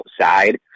outside